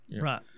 right